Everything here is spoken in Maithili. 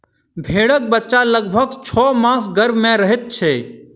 भेंड़क बच्चा लगभग छौ मास गर्भ मे रहैत छै